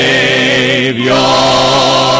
Savior